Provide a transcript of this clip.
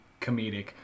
comedic